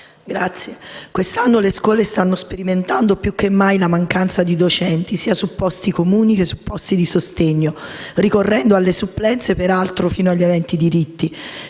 quest'anno le scuole stanno sperimentando più che mai la mancanza di docenti, sia su posti comuni che su posti di sostegno, ricorrendo alle supplenze, peraltro fino agli aventi diritto.